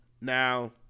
now